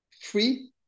free